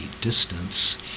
distance